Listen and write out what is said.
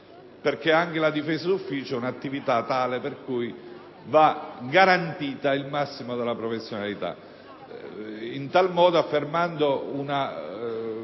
perché anche la difesa d'ufficio è un'attività tale per cui va garantito il massimo di professionalità, in tal modo formulando un